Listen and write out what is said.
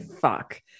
Fuck